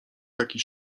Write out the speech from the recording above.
taki